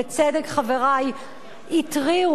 בצדק חברי התריעו,